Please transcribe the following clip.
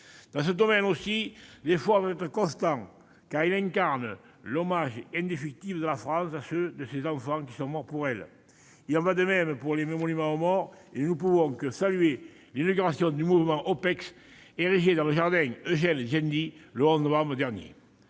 Dans ce domaine aussi, l'effort doit être constant, car il incarne l'hommage indéfectible rendu par la France à ceux de ses enfants qui sont morts pour elle. Il en va de même pour les monuments aux morts, et nous ne pouvons que saluer l'inauguration du monument aux morts en OPEX érigé dans le jardin Eugénie-Djendi, le 11 novembre dernier.